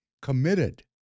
committed